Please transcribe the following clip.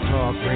Talk